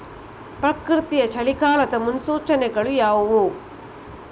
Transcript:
ಪ್ರಕೃತಿಯ ಚಳಿಗಾಲದ ಮುನ್ಸೂಚನೆಗಳು ಯಾವುವು?